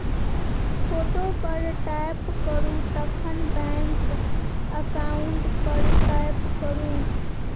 photo पर tap करु तखन बैंक अकाउंट पर टैप करु